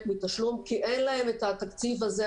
מתשלום כי אין להם את התקציב הזה,